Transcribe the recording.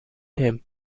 him